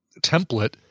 template